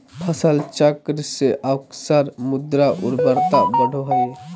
फसल चक्र से अक्सर मृदा उर्वरता बढ़ो हइ